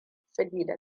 sabida